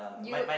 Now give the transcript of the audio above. you